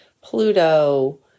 Pluto